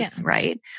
right